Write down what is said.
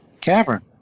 cavern